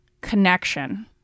connection